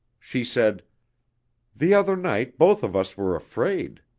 she said the other night both of us were afraid.